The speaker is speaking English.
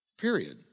period